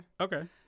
Okay